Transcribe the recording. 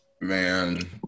Man